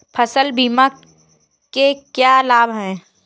फसल बीमा के क्या लाभ हैं?